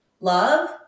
love